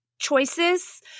choices